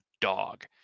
dog